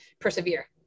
persevere